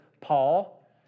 Paul